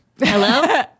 hello